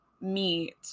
meet